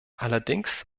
allerdings